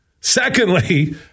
Secondly